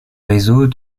réseau